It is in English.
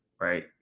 Right